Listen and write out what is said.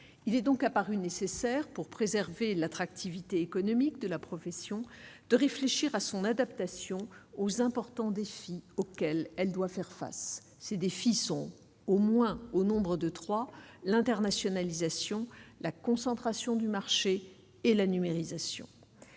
il est donc apparu nécessaire pour préserver l'attractivité économique de la profession de réfléchir à son adaptation aux importants défis auxquels elle doit faire face à ces défis sont au moins au nombre de 3 : l'internationalisation, la concentration du marché et la numérisation